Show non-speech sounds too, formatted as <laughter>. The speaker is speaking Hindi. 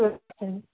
<unintelligible>